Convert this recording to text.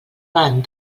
van